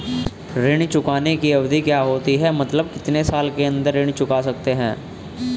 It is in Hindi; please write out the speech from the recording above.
ऋण चुकाने की अवधि क्या होती है मतलब कितने साल के अंदर ऋण चुका सकते हैं?